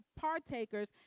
partakers